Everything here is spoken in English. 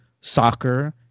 soccer